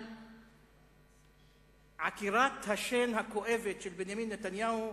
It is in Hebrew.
על עקירת השן הכואבת של בנימין נתניהו,